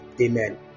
Amen